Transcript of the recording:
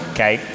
Okay